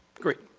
great.